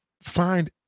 find